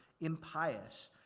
impious